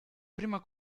prima